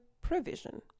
provision